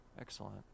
excellent